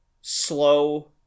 slow-